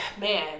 Man